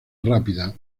rápida